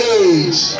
age